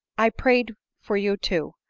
i prayed for you too!